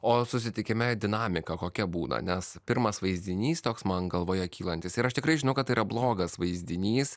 o susitikime dinamika kokia būna nes pirmas vaizdinys toks man galvoje kylantis ir aš tikrai žinau kad tai yra blogas vaizdinys